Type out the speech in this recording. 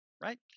right